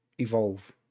evolve